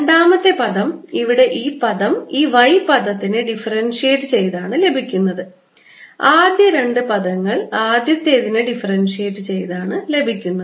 രണ്ടാമത്തെ പദം ഇവിടെ ഈ പദം ഈ y പദത്തിനെ ഡിഫറൻഷിയേറ്റ് ചെയ്താണ് ലഭിക്കുന്നത് ആദ്യ രണ്ട് പദങ്ങൾ ആദ്യത്തേതിനെ ഡിഫറൻഷിയേറ്റ് ചെയ്താണ് ലഭിക്കുന്നത്